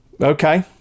Okay